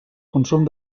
consum